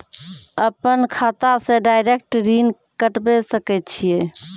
अपन खाता से डायरेक्ट ऋण कटबे सके छियै?